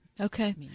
okay